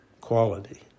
quality